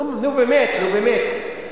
נו, באמת, נו באמת.